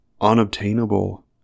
unobtainable